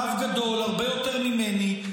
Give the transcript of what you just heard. רב גדול הרבה יותר ממני,